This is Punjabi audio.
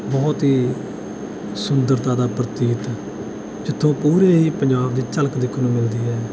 ਬਹੁਤ ਹੀ ਸੁੰਦਰਤਾ ਦਾ ਪ੍ਰਤੀਕ ਜਿੱਥੋਂ ਪੂਰੇ ਹੀ ਪੰਜਾਬ ਦੀ ਝਲਕ ਦੇਖਣ ਨੂੰ ਮਿਲਦੀ ਹੈ